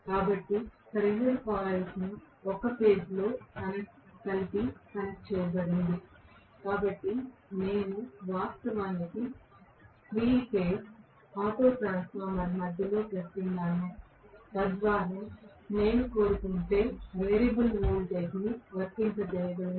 కాబట్టి pressure coils ఒక phase లో కలిసి కనెక్ట్ చేయబడింది కాబట్టి నేను వాస్తవానికి 3 ఫేజ్ ల ఆటో ట్రాన్స్ఫార్మర్ను మధ్యలో పెడుతున్నాను తద్వారా నేను కోరుకుంటే వేరియబుల్ వోల్టేజ్ను వర్తింపజేయగలను